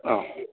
ആ